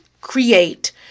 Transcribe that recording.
create